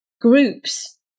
groups